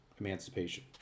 emancipation